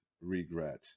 regret